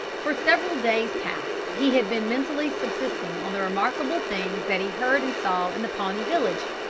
for several days past he had been mentally subsisting on the remarkable things that he heard and saw in the pawnee village,